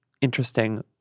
interesting